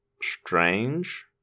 strange